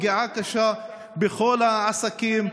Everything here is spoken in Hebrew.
פגיעה קשה בכל העסקים,